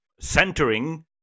centering